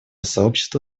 сообщество